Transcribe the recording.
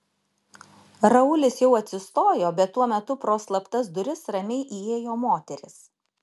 raulis jau atsistojo bet tuo metu pro slaptas duris ramiai įėjo moteris